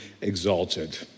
exalted